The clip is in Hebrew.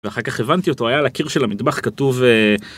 ואחר כך הבנתי אותו, היה על הקיר של המטבח כתוב.